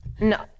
No